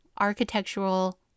Architectural